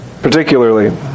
particularly